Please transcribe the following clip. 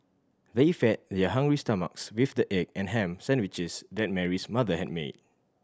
they fed their hungry stomachs with the egg and ham sandwiches that Mary's mother had made